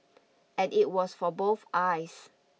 and it was for both eyes